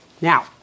Now